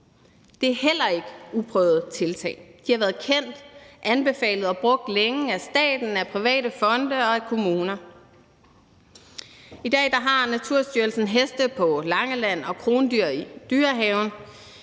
Det er heller ikke uprøvede tiltag. De har været kendt, anbefalet og brugt længe af staten, af private fonde og af kommuner. I dag har Naturstyrelsen heste på Langeland og krondyr i Dyrehaven.